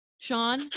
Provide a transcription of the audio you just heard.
Sean